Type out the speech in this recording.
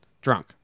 drunk